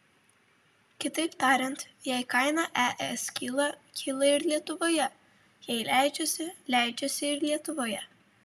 kitaip tariant jei kaina es kyla kyla ir lietuvoje jei leidžiasi leidžiasi ir lietuvoje